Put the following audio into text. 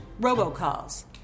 robocalls